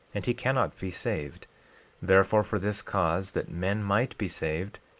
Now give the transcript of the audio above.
and he cannot be saved therefore, for this cause, that men might be saved,